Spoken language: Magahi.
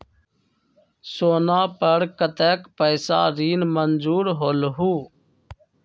सोना पर कतेक पैसा ऋण मंजूर होलहु?